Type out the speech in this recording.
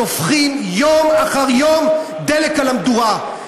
שופכים יום אחר יום דלק על המדורה.